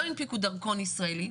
לא הנפיקו דרכון ישראלי,